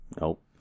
Nope